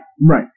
Right